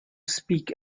speak